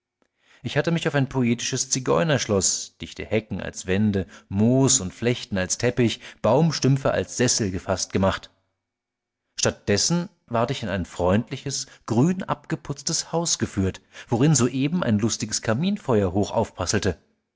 ich hatte mich auf ein poetisches zigeunerschloß dichte hecken als wände moos und flechten als teppich baumstümpfe als sessel gefaßt gemacht statt dessen ward ich in ein freundliches grün abgeputztes haus geführt worin soeben ein lustiges kaminfeuer hoch aufprasselte